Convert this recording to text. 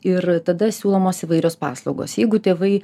ir tada siūlomos įvairios paslaugos jeigu tėvai